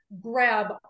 grab